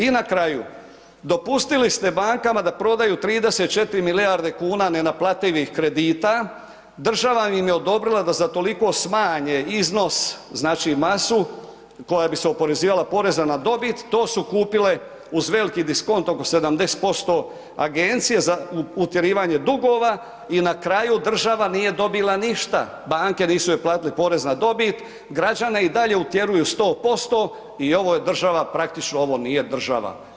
I na kraju, dopustile ste bankama da prodaju 34 milijarde kuna neplativih kredita, država im je odobrila da za toliko smanje iznos znači masu koja bi se oporezivala poreza na dobit, to su kupile uz veliki diskont oko 70% Agencije za utjerivanje dugova i na kraju država nije dobila ništa, banke joj nisu platile porez na dobit, građane i dalje utjeruju 100% i ovo je država praktično, ovo nije država.